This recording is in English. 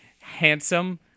handsome